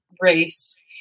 race